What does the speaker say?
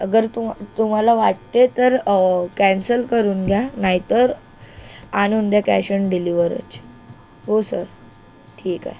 अगर तुम्हा तुम्हाला वाटते तर कॅन्सल करून घ्या नाही तर आणून द्या कॅश ऑन डिलीवरच हो सर ठीक आहे